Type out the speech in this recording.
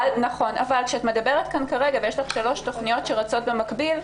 אבל כשיש שלוש תכניות שרצות במקביל,